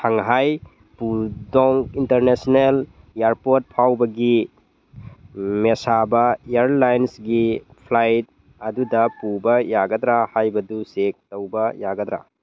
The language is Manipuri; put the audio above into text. ꯁꯪꯍꯥꯏ ꯄꯨꯗꯣꯡ ꯏꯟꯇꯔꯅꯦꯁꯅꯦꯜ ꯏꯌꯔꯄꯣꯔꯠ ꯐꯥꯎꯕꯒꯤ ꯃꯦꯁꯥꯕ ꯏꯌꯔꯂꯥꯏꯟꯁꯀꯤ ꯐ꯭ꯂꯥꯏꯠ ꯑꯗꯨꯗ ꯄꯨꯕ ꯌꯥꯒꯗ꯭ꯔ ꯍꯥꯏꯕꯗꯨ ꯆꯦꯛ ꯇꯧꯕ ꯌꯥꯒꯗ꯭ꯔ